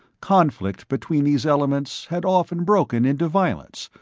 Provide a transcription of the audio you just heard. conflict between these elements had often broken into violence,